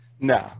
No